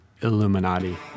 Illuminati